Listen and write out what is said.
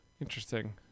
interesting